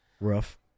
Rough